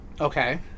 Okay